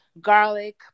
garlic